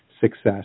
success